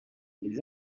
les